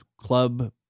club